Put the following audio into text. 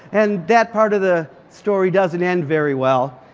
and that part of the story doesn't end very well.